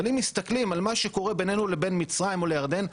אבל אם מסתכלים על מה שקורה בינינו לבין מצרים או לירדן,